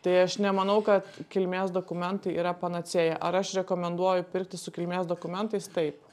tai aš nemanau kad kilmės dokumentai yra panacėja ar aš rekomenduoju pirkti su kilmės dokumentais taip